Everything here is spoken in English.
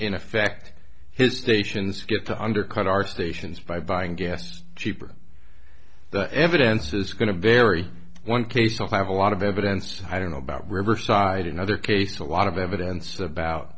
in effect his stations get to undercut our stations by buying gas cheaper the evidence is going to vary one case i have a lot of evidence i don't know about riverside another case a lot of evidence about